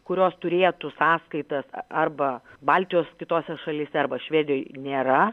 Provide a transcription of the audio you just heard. kurios turėtų sąskaitas arba baltijos kitose šalyse arba švedijoj nėra